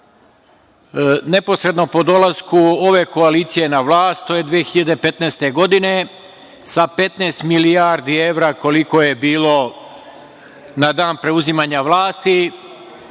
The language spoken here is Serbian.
neposredno po dolasku ove koalicije na vlast, to je 2015. godine. Sa 15 milijardi evra, koliko je bilo na dan preuzimanja vlasti,